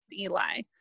Eli